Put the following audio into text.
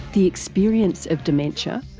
the experience of dementia,